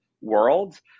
world